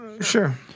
sure